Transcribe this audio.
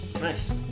Nice